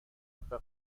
حبه